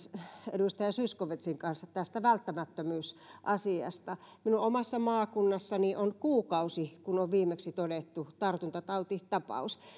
edustaja zyskowiczin kanssa tästä välttämättömyysasiasta minun omassa maakunnassani on kuukausi siitä kun on viimeksi todettu tartuntatautitapaus